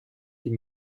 die